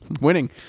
winning